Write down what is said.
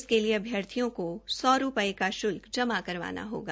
इसके लिए अभ्यर्थियों को सौ रूपये का श्ल्क जमा करवाना होगा